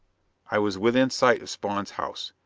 i was within sight of spawn's house.